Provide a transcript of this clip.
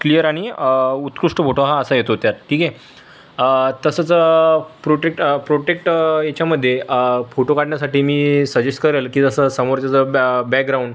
clear आणि उत्कृष्ट photo हा असा येतो त्यात ठीक आहे तसंच प्रोट्रेक्ट प्रोट्रेक्ट याच्यामध्ये फोटो काढण्यासाठी मी सजेस्ट करेल की जसं समोरच्याचं ब्या बॅगग्राउंड